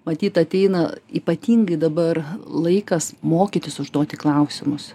matyt ateina ypatingai dabar laikas mokytis užduoti klausimus